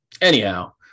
anyhow